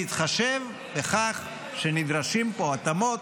כדי להתחשב בכך שנדרשות פה התאמות,